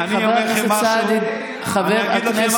דרך אגב, אתה לא תאמין, לפעמים אני מגיע, גברתי,